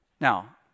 Now